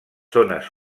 zones